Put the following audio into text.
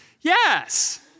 Yes